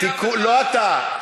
לא אתה.